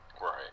Right